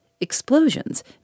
Explosions